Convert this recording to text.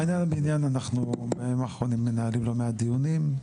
בעניין הבניין אנחנו בימים האחרונים מנהלים לא מעט דיונים,